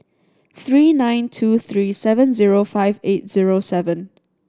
three nine two three seven zero five eight zero seven